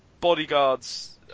bodyguards